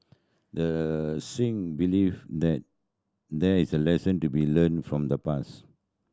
the Singh believe that there is a lesson to be learn from the pass